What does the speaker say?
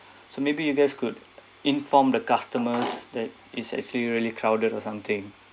so maybe you guys could inform the customers that it's actually really crowded or something